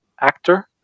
actor